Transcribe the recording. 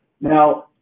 Now